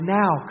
now